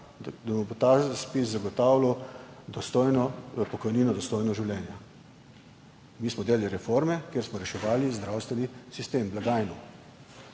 mu bo ta ZPIZ zagotavljal dostojno pokojnino, dostojno življenje. Mi smo del reforme, kjer smo reševali zdravstveni sistem, blagajno.